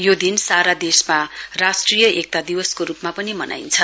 यो दिन सारा देशमा राष्ट्रिय एकता दिवसको रुपमा पनि मनाइन्छ